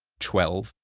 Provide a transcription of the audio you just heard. twelve,